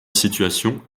situations